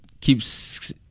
keeps